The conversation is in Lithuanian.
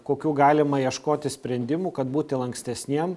kokių galima ieškoti sprendimų kad būti lankstesniem